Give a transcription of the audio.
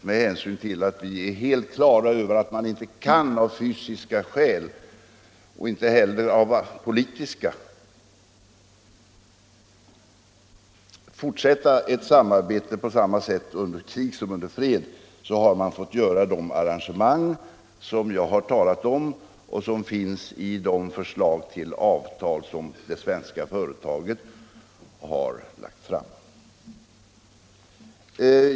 Med hänsyn till att vi är helt på det klara med att man inte av fysiska skäl och inte heller av politiska kan fortsätta ett samarbete på samma sätt under krig som under fred har vi fått göra de arrangemang som jag har talat om och som finns i det förslag till avtal som det svenska företaget har lagt fram.